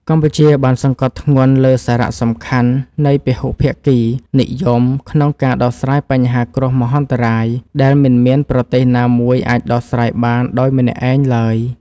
កម្ពុជាបានសង្កត់ធ្ងន់លើសារៈសំខាន់នៃពហុភាគីនិយមក្នុងការដោះស្រាយបញ្ហាគ្រោះមហន្តរាយ ដែលមិនមានប្រទេសណាមួយអាចដោះស្រាយបានដោយម្នាក់ឯងឡើយ។